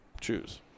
choose